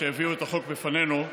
שהביאו את החוק בפנינו.